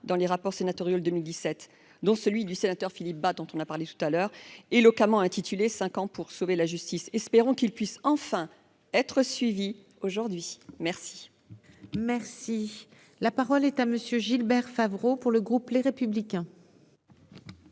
dans les rapports sénatoriaux, le 2017, dont celui du sénateur Philippe Bas, dont on a parlé tout à l'heure, éloquemment intitulée 5 ans pour sauver la justice, espérons qu'il puisse enfin être suivie aujourd'hui. Merci, merci. La parole est à monsieur Gilbert Favreau pour le groupe Les Républicains.